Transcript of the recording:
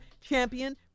champion